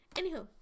anywho